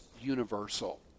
universal